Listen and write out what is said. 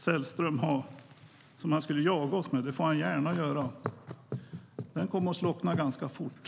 Sällström får gärna jaga oss med sin blåslampa; den kommer att slockna ganska fort.